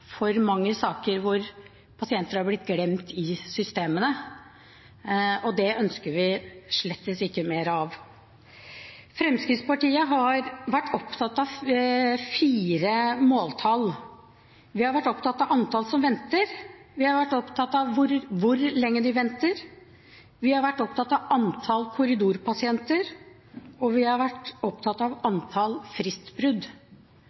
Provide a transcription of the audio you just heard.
for mange saker hvor pasienter har blitt glemt i systemene, og det ønsker vi slettes ikke mer av. Fremskrittspartiet har vært opptatt av fire måltall. Vi har vært opptatt av antallet som venter, vi har vært opptatt av hvor lenge de venter, vi har vært opptatt av antall korridorpasienter, og vi har vært opptatt av